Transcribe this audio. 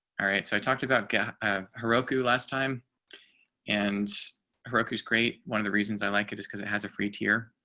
alright, so i talked about yeah her roku last time and roku is great. one of the reasons i like it is because it has a free tier